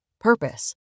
purpose